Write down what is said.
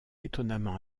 étonnamment